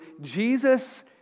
Jesus